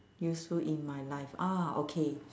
useful in my life ah okay